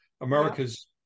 America's